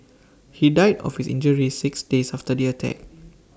he died of his injuries six days after the attack